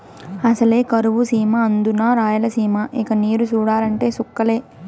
అసలే కరువు సీమ అందునా రాయలసీమ ఇక నీరు చూడాలంటే చుక్కలే